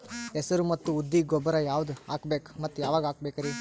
ಹೆಸರು ಮತ್ತು ಉದ್ದಿಗ ಗೊಬ್ಬರ ಯಾವದ ಹಾಕಬೇಕ ಮತ್ತ ಯಾವಾಗ ಹಾಕಬೇಕರಿ?